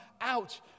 out